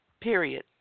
Period